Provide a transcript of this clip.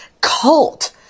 cult